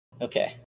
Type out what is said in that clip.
Okay